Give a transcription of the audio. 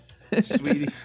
Sweetie